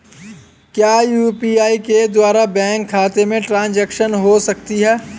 क्या यू.पी.आई के द्वारा बैंक खाते में ट्रैन्ज़ैक्शन हो सकता है?